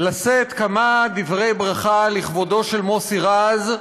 לשאת כמה דברי ברכה לכבודו של מוסי רז,